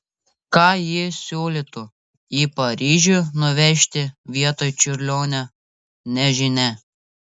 ką ji siūlytų į paryžių nuvežti vietoj čiurlionio nežinia